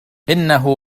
إنه